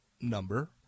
number